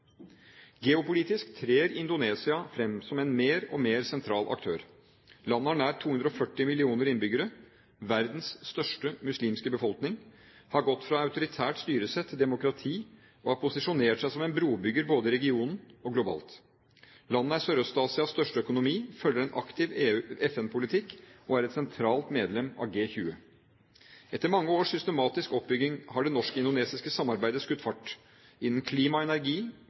Geopolitisk trer Indonesia fram som en mer og mer sentral aktør. Landet har nær 240 millioner innbyggere, verdens største muslimske befolkning, har gått fra autoritært styresett til demokrati og har posisjonert seg som en brobygger både i regionen og globalt. Landet er Sørøst-Asias største økonomi, fører en aktiv FN-politikk og er et sentralt medlem av G20. Etter mange års systematisk oppbygging har det norsk-indonesiske samarbeidet skutt fart – innen klima og energi,